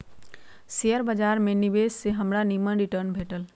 share बाजार में निवेश से हमरा निम्मन रिटर्न भेटल